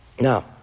Now